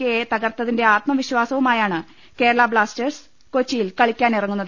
കെയെ തകർത്തതിന്റെ ആത്മവിശ്വാസ വുമായാണ് കേരള ബ്ലാസ്റ്റേഴ്സ് കൊച്ചിയിൽ കളിക്കാനിറങ്ങുന്നത്